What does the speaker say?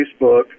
Facebook